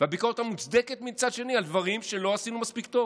והביקורת המוצדקת מצד שני על דברים שלא עשינו מספיק טוב,